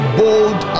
bold